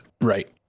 Right